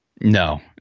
No